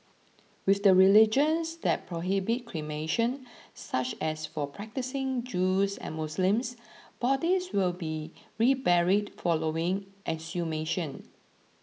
with the religions that prohibit cremation such as for practising Jews and Muslims bodies will be reburied following exhumation